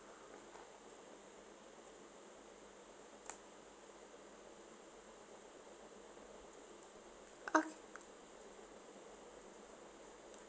oh